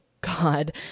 God